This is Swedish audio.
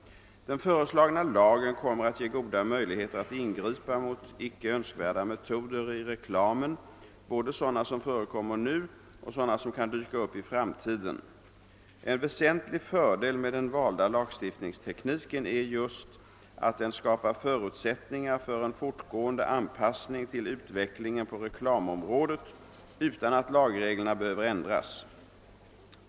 Den föreslagna lagen kommer att ge goda möjligheter att ingripa mot icke önskvärda metoder i reklamen, både sådana som förekommer nu och sådana som kan dyka upp i framtiden. En väsentlig fördel med den valda lagstiftningstekniken är just att den skapar förutsättningar för en fortgående anpassning till utvecklingen på reklamområdet utan att lagreglerna behöver ändras.